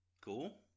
cool